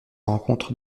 rencontre